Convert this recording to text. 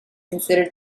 considered